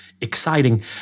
exciting